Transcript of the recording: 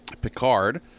Picard